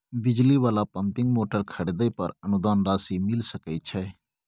बिजली वाला pumping motor खरीदे पर अनुदान राशि मिल सके छैय?